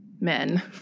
men